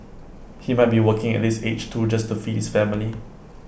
he might be working at this age too just to feed his family